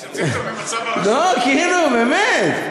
באמת,